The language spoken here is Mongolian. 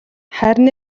харин